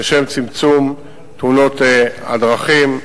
לשם צמצום תאונות הדרכים.